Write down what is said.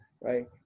right